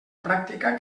pràctica